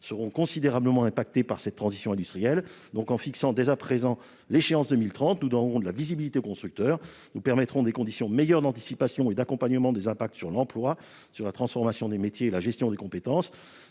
aval, considérablement affectées par cette transition industrielle. En fixant dès à présent l'échéance à 2030, nous donnerons de la visibilité aux constructeurs, nous améliorerons les conditions d'anticipation et d'accompagnement des impacts sur l'emploi, la transformation des métiers et la gestion des compétences.